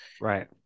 Right